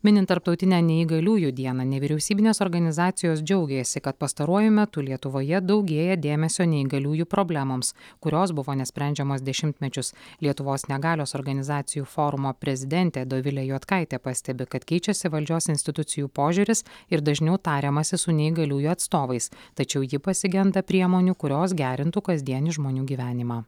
minint tarptautinę neįgaliųjų dieną nevyriausybinės organizacijos džiaugiasi kad pastaruoju metu lietuvoje daugėja dėmesio neįgaliųjų problemoms kurios buvo nesprendžiamos dešimtmečius lietuvos negalios organizacijų forumo prezidentė dovilė juodkaitė pastebi kad keičiasi valdžios institucijų požiūris ir dažniau tariamasi su neįgaliųjų atstovais tačiau ji pasigenda priemonių kurios gerintų kasdienį žmonių gyvenimą